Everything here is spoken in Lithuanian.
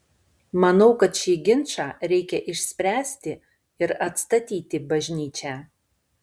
manau kad šį ginčą reikia išspręsti ir atstatyti bažnyčią